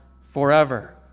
forever